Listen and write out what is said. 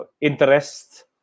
interest